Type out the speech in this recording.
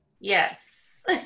yes